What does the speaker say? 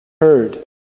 heard